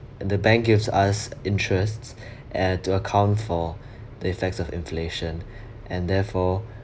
the bank gives us interests and to account for the effects of inflation and therefore